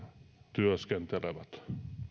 työskentelevät